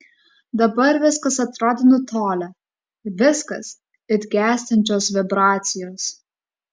dabar viskas atrodė nutolę viskas it gęstančios vibracijos